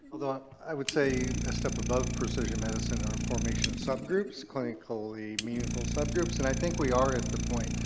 although, i would say a step above precision medicine are a formation of subgroups, clinically meaningful subgroups, and i think we are at the point.